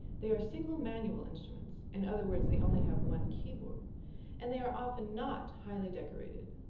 they are single-manual instruments in other words they only have one keyboard and they are often not highly decorated.